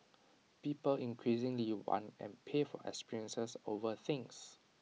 people increasingly want and pay for experiences over things